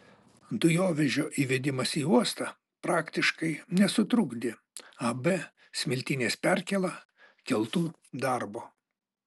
dujovežio įvedimas į uostą praktiškai nesutrukdė ab smiltynės perkėla keltų darbo